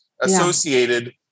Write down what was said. associated